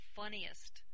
funniest